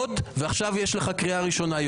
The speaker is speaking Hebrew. ועכשיו יוראי, יש לך קריאה ראשונה.